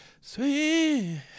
Sweet